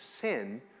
sin